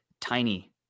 tiny